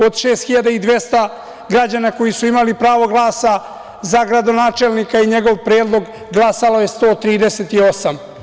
Od 6.200 građana koji su imali pravo glasa, za gradonačelnika i njegov predlog glasalo je 138.